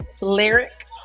Lyric